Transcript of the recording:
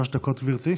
שלוש דקות, גברתי.